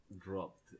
Dropped